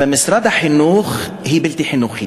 במשרד החינוך הוא בלתי-חינוכי,